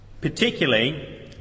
Particularly